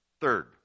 Third